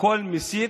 וכל מסית,